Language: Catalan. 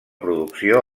producció